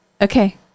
Okay